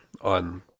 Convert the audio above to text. on